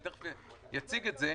אני תכף אציג את זה.